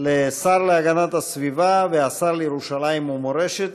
לשר להגנת הסביבה והשר לירושלים ומורשת,